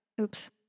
Oops